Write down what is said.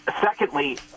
Secondly